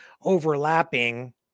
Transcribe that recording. overlapping